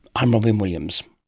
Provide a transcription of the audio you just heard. i'm robyn williams